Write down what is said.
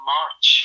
March